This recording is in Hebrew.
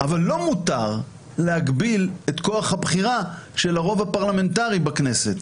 אבל לא מותר להגביל את כוח הבחירה של הרוב הפרלמנטרי בכנסת.